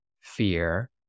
fear